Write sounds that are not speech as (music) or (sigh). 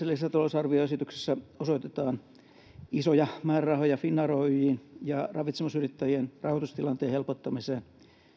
(unintelligible) lisätalousarvioesityksessä osoitetaan isoja määrärahoja finnair oyjn ja ravitsemusyrittäjien rahoitustilanteen helpottamiseen